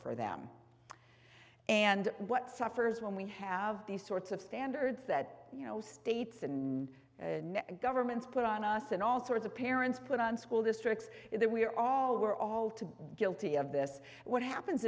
for them and what suffers when we have these sorts of standards that you know states and governments put on us and all sorts of parents put on school districts is that we're all we're all to be guilty of this what happens